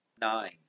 Nine